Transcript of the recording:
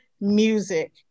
music